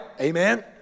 Amen